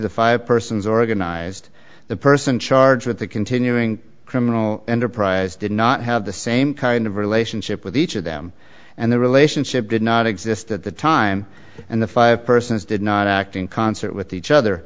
the five persons organized the person charged with the continuing criminal enterprise did not have the same kind of relationship with each of them and the relationship did not exist at the time and the five persons did not act in concert with each other